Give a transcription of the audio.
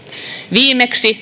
viimeksi